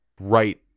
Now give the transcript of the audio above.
right